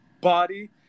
body